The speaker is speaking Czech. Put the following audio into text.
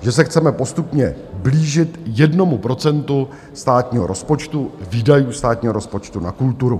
že se chceme postupně blížit jednomu procentu státního rozpočtu, výdajů státního rozpočtu na kulturu.